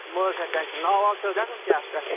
مہٕ حظ ہےٚ ٹینشَن ناو واو چھُ حظ لیٚکھُن کیٚنٛہہ اَتھ پٮ۪ٹھ